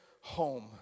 home